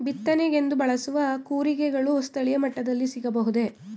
ಬಿತ್ತನೆಗೆಂದು ಬಳಸುವ ಕೂರಿಗೆಗಳು ಸ್ಥಳೀಯ ಮಟ್ಟದಲ್ಲಿ ಸಿಗಬಹುದೇ?